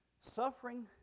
Suffering